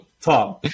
Tom